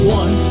one